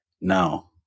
now